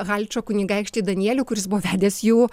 halčo kunigaikštį danielių kuris buvo vedęs jų